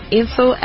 info